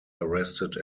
arrested